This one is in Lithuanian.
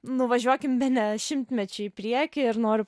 nuvažiuokim bene šimtmečiui į priekį ir noriu